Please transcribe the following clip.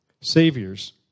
Saviors